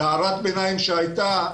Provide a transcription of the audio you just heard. להערת הביניים שהייתה,